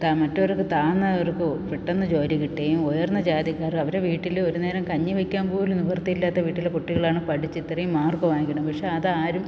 മറ്റവർക്ക് താഴ്ന്നവർക്ക് പെട്ടെന്ന് ജോലി കിട്ടുകയും ഉയർന്ന ജാതിക്കാർ അവരെ വീട്ടിൽ ഒരു നേരം കഞ്ഞി വയ്ക്കാൻ പോലും നിവർത്തിയില്ലാത്ത വീട്ടിലെ കുട്ടികളാണ് പഠിച്ചു ഇത്രയും മാർക്ക് വാങ്ങിക്കണ പഷെ അതാരും